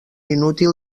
inútil